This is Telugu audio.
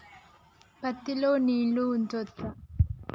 పత్తి లో నీళ్లు ఉంచచ్చా?